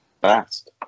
fast